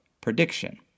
prediction